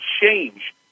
change